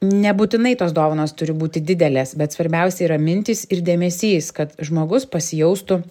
nebūtinai tos dovanos turi būti didelės bet svarbiausia yra mintys ir dėmesys kad žmogus pasijaustų